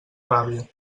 ràbia